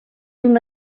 una